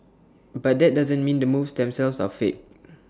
but that doesn't mean the moves themselves are fake